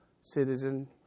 citizen